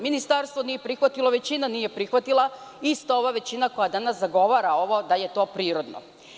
Ministarstvo nije prihvatilo, većina nije prihvatila, ista ova većina koja danas zagovara ovo da je to prirodno.